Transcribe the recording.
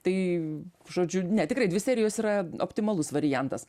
tai žodžiu ne tikrai dvi serijos yra optimalus variantas